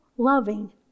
loving